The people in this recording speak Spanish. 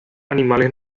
animales